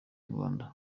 rwanda